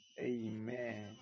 Amen